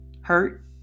hurt